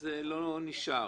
זה לא נשאר.